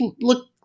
look